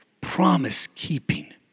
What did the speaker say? promise-keeping